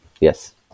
Yes